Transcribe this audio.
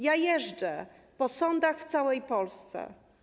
Jeżdżę po sądach w całej Polsce.